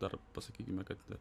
dar pasakykime kad